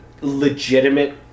legitimate